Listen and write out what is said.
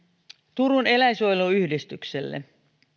turun eläinsuojeluyhdistykselle